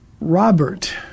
Robert